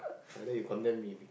like that you condemn me